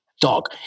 Dog